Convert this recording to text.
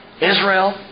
Israel